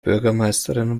bürgermeisterin